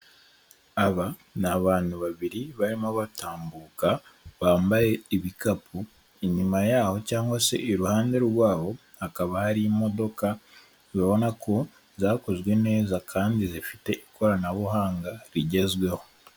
Aba ni abantu babiri barimo batambuka bambaye ibikapu; inyuma yaho cyangwa se iruhande rwaho hakaba hari imodoka ubona ko zakozwe neza kandi zifite ikoranabuhanga rigezweho.